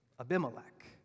Abimelech